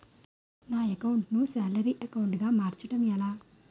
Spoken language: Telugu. నా అకౌంట్ ను సాలరీ అకౌంట్ గా మార్చటం ఎలా?